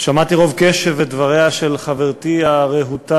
שמעתי רוב קשב את דבריה של חברתי הרהוטה,